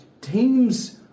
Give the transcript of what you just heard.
teams